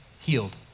healed